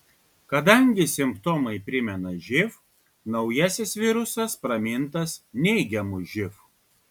kadangi simptomai primena živ naujasis virusas pramintas neigiamu živ